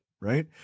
Right